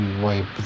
wipe